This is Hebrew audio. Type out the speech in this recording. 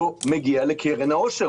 לא מגיע לקרן העושר,